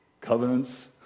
covenants